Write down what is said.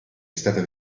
stata